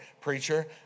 preacher